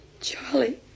charlie